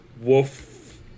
wolf